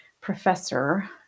professor